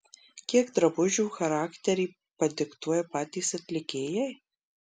kiek drabužių charakterį padiktuoja patys atlikėjai